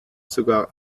sogar